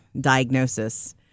diagnosis